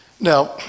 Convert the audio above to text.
Now